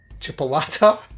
chipolata